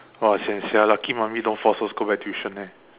!wah! as in ya lucky mummy don't force us go back tuition eh